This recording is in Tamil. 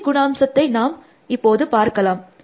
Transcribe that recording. இறுதி குணாம்சத்தை நாம் இப்போது பார்க்கலாம்